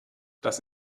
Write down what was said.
das